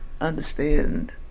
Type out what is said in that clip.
understand